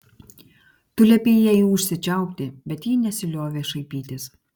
tu liepei jai užsičiaupti bet ji nesiliovė šaipytis